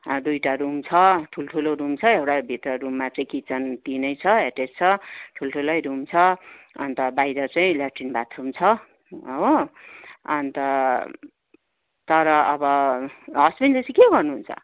दुइवटा रुम छ ठुल्ठुलो रुम छ एउटा भित्र रुममा चाहिँ किचन त्यही नै छ एटेज छ ठुल्ठुलै रुम छ अन्त बाहिर चाहिँ ल्याट्रिन बाथ रुम छ हो अन्त तर अब हसबेन्डले चाहिँ के गर्नु हुन्छ